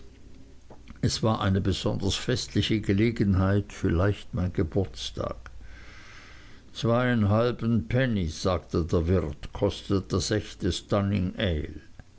es war eine besonders festliche gelegenheit vielleicht mein geburtstag zweieinhalben penny sagte der wirt kostet das echte